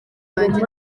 banjye